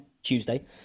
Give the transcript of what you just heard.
Tuesday